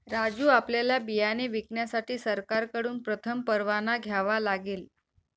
राजू आपल्याला बियाणे विकण्यासाठी सरकारकडून प्रथम परवाना घ्यावा लागेल